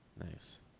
Nice